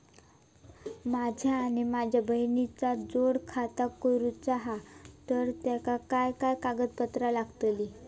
माझा आणि माझ्या बहिणीचा जोड खाता करूचा हा तर तेका काय काय कागदपत्र लागतली?